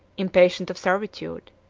impatient of servitude,